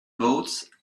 boat